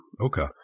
Okay